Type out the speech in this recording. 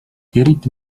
eriti